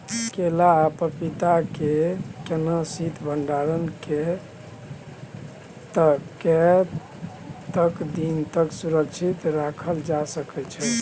केला आ पपीता के बिना शीत भंडारण के कतेक दिन तक सुरक्षित रखल जा सकै छै?